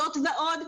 זאת ועוד,